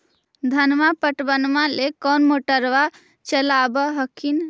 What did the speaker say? धनमा पटबनमा ले कौन मोटरबा चलाबा हखिन?